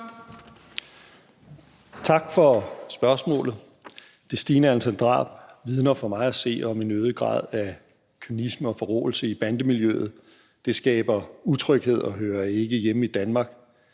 Tak for spørgsmålet. Det stigende antal drab vidner for mig at se om en øget grad af kynisme og forråelse i bandemiljøet. Det skaber utryghed og hører ikke hjemme i Danmark.